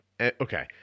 Okay